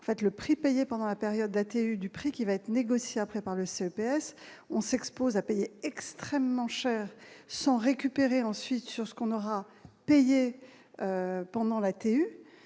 fait le prix payé pendant la période du prix qui va être négocié après par le CNPF, on s'expose à payer extrêmement cher sont récupérés ensuite sur ce qu'on aura payé pendant la